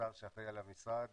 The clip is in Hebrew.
השר שאחראי על המשרד